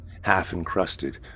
half-encrusted